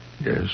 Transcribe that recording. Yes